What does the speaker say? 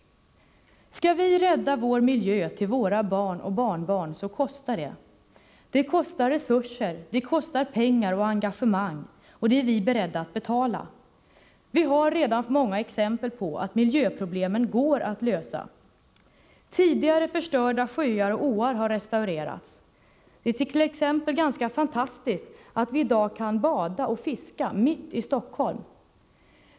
Skall vi rädda vår miljö till våra barn och barnbarn kostar det. Det kostar resurser, pengar och engagemang, och det är vi beredda att betala. Vi har redan många exempel på att miljöproblemen går att lösa. Tidigare förstörda sjöar och åar har restaurerats. Det är t.ex. ganska fantastiskt att vi i dag kan bada och fiska mitt i Stockholm.